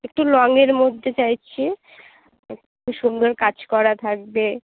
একটু লংয়ের মধ্যে চাইছি একটু সুন্দর কাজ করা থাকবে